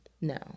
No